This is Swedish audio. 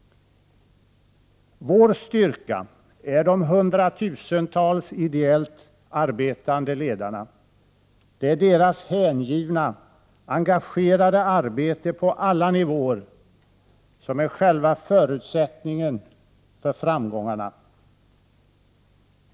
Vår styrka är de hundratusentals ideellt arbetande ledarna. Det är deras hängivna, engagerade arbete på alla nivåer som är själva förutsättningen för framgångarna.